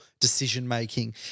decision-making